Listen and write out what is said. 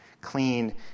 clean